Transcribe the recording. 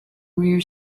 rear